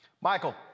Michael